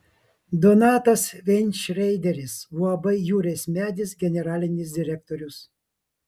donatas veinšreideris uab jūrės medis generalinis direktorius